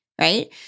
right